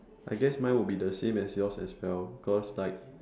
I guess mine would be the same as yours as well cause like